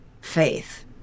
faith